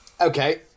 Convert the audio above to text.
Okay